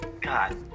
God